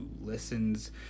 listens